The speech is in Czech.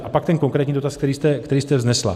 A pak ten konkrétní dotaz, který jste vznesla.